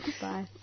Bye